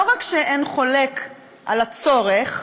לא רק שאין חולק על הצורך,